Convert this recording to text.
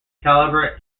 caliber